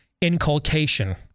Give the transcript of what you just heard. inculcation